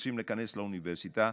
שרוצים להיכנס לאוניברסיטה,